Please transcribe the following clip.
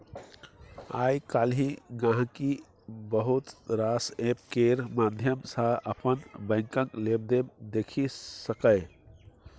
आइ काल्हि गांहिकी बहुत रास एप्प केर माध्यम सँ अपन बैंकक लेबदेब देखि सकैए